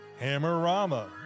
Hammerama